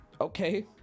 Okay